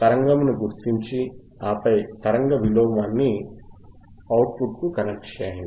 తరంగమును గుర్తించి ఆపై తరంగ విలోమాన్ని అవుట్ పుట్కు కనెక్ట్ చేయండి